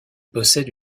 possède